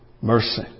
mercy